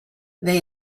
they